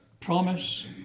promise